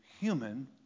human